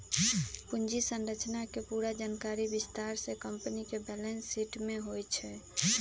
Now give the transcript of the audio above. पूंजी संरचना के पूरा जानकारी विस्तार से कम्पनी के बैलेंस शीट में होई छई